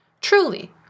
truly